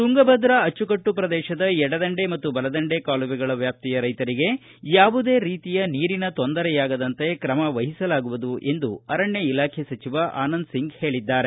ತುಂಗಭದ್ರಾ ಅಚ್ಚುಕಟ್ಟು ಪ್ರದೇಶದ ಎಡದಂಡೆ ಮತ್ತು ಬಲದಂಡೆ ಕಾಲುವೆಗಳ ವ್ಯಾಪ್ತಿಯ ರೈತರಿಗೆ ಯಾವುದೇ ರೀತಿಯ ನೀರಿನ ತೊಂದರೆಯಾಗದಂತೆ ಕ್ರಮ ವಹಿಸಲಾಗುವುದು ಎಂದು ಅರಣ್ಯ ಇಲಾಖೆ ಸಚಿವ ಆನಂದ್ ಸಿಂಗ್ ಹೇಳಿದ್ದಾರೆ